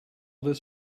this